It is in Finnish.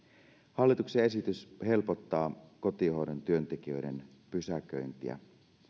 hallituksen esitys helpottaa kotihoidon työntekijöiden pysäköintiä